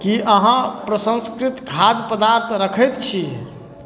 कि अहाँ प्रसँस्कृत खाद्य पदार्थ रखैत छी